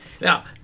Now